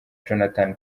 jonathan